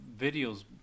videos